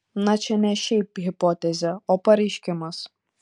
na čia ne šiaip hipotezė o pareiškimas